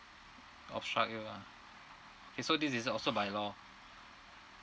of such year lah okay so this is also by law